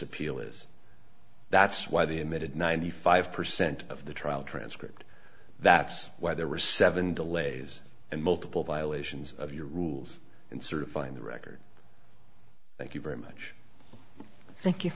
appeal is that's why the emitted ninety five percent of the trial transcript that's why there were seven delays and multiple violations of your rules and certifying the record thank you very much thank you